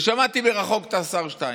ושמעתי מרחוק את השר שטייניץ.